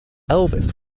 elvis